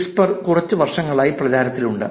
Whisper കുറച്ച് വർഷങ്ങളായി പ്രചാരത്തിലുണ്ട്